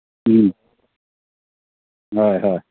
ꯎꯝ ꯍꯣꯏ ꯍꯣꯏ